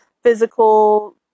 physical